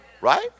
Right